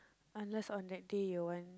unless on that day you'll want